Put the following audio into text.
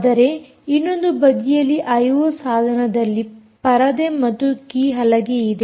ಆದರೆ ಇನ್ನೊಂದು ಬದಿಯಲ್ಲಿ ಐಓ ಸಾಧನದಲ್ಲಿ ಪರದೆ ಮತ್ತು ಕೀಹಲಗೆ ಇದೆ